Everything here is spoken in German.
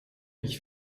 ich